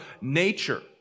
nature